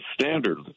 standard